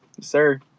sir